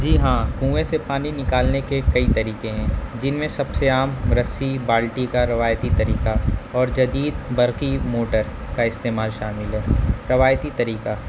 جی ہاں کنویں سے پانی نکالنے کے کئی طریقے ہیں جن میں سب سے عام رسی بالٹی کا روایتی طریقہ اور جدید برقی موٹر کا استعمال شامل ہے روایتی طریقہ